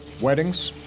weddings,